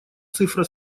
цифра